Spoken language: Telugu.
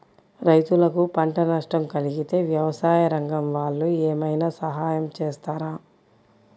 రైతులకు పంట నష్టం కలిగితే వ్యవసాయ రంగం వాళ్ళు ఏమైనా సహాయం చేస్తారా?